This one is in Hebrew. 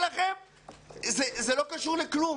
זה לא קשור לכלום.